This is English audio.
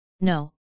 No